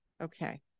Okay